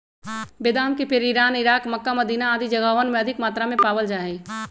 बेदाम के पेड़ इरान, इराक, मक्का, मदीना आदि जगहवन में अधिक मात्रा में पावल जा हई